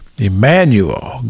Emmanuel